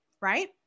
right